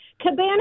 Cabana